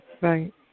Right